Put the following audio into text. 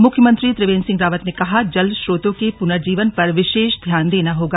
मुख्यमंत्री त्रिवेंद्र सिंह रावत ने कहा जल स्रोतों के प्नर्जीवन पर विशेष ध्यान देना होगा